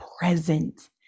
present